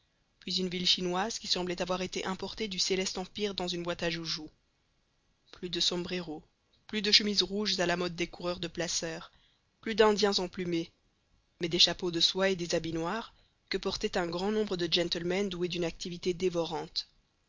puis une ville chinoise qui semblait avoir été importée du céleste empire dans une boîte à joujoux plus de sombreros plus de chemises rouges à la mode des coureurs de placers plus d'indiens emplumés mais des chapeaux de soie et des habits noirs que portaient un grand nombre de gentlemen doués d'une activité dévorante